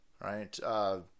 right